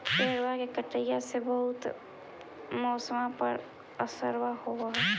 पेड़बा के कटईया से से बहुते मौसमा पर असरबा हो है?